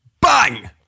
Bang